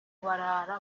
barara